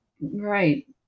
Right